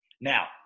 Now